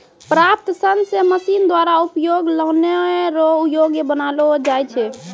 प्राप्त सन से मशीन द्वारा उपयोग लानै रो योग्य बनालो जाय छै